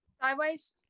Sideways